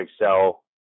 excel